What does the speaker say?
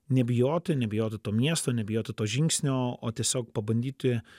nebijoti nebijotų to miesto nebijotų to žingsnio o tiesiog pabandyti